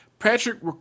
patrick